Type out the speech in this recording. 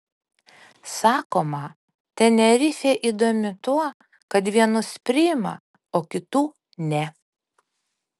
sakoma tenerifė įdomi tuo kad vienus priima o kitų ne